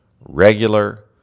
regular